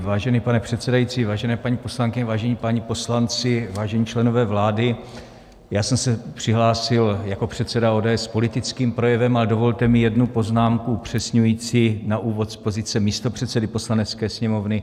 Vážený pane předsedající, vážené paní poslankyně, vážení páni poslanci, vážení členové vlády, já jsem se přihlásil jako předseda ODS s politickým projevem, ale dovolte mi jednu poznámku upřesňující na úvod z pozice místopředsedy Poslanecké sněmovny.